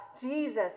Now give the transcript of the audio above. Jesus